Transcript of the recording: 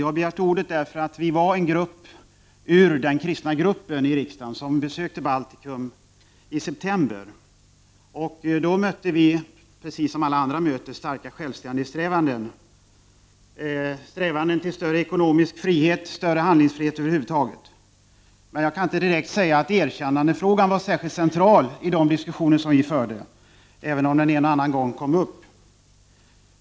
Herr talman! Vi var några i den kristna gruppen i riksdagen som besökte Baltikum i september. Vi mötte då, precis som alla andra möter, starka självständighetssträvanden, strävanden efter större ekonomisk frihet och handlingsfrihet över huvud taget. Men jag kan inte direkt säga att erkännandefrågan var särskilt central i de diskussioner vi förde, även om den en och annan gång kom upp.